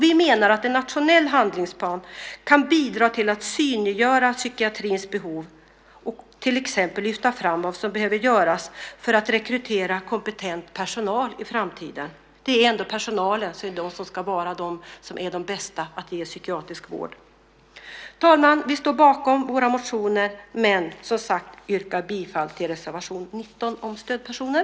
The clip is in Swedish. Vi menar att en nationell handlingsplan kan bidra till att synliggöra psykiatrins behov och till att till exempel lyfta fram vad som behöver göras för att rekrytera kompetent personal i framtiden. Det är ändå personalen som ska vara den som är bäst på att ge psykiatrisk vård. Herr talman! Vi står bakom våra motioner, men yrkar nu bifall till reservation 19 om stödpersoner.